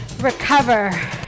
recover